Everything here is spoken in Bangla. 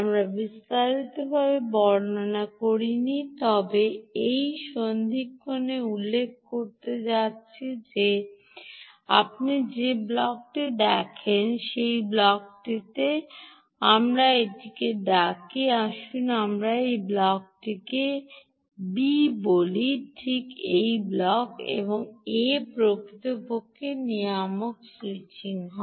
আমরা বিস্তারিতভাবে বর্ণনা করি নি তবে আমি এই সন্ধিক্ষণে উল্লেখ করতে যাচ্ছি যে আপনি যে ব্লকটি দেখেন যে এই ব্লকটি এই ব্লকটিকে আমরা ডাকি আসুন আমরা এই ব্লকটিকে B বলি ঠিক এই ব্লক এ প্রকৃতপক্ষে নিয়ামক স্যুইচিং হয়